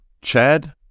Chad